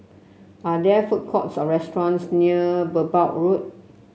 are there food courts or restaurants near Merbau Road